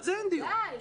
ודאי.